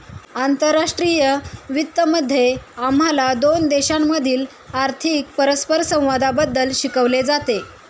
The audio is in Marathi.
आंतरराष्ट्रीय वित्त मध्ये आम्हाला दोन देशांमधील आर्थिक परस्परसंवादाबद्दल शिकवले जाते